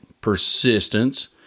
persistence